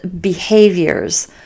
behaviors